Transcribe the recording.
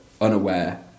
unaware